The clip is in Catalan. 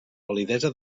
validesa